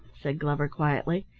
said glover quietly,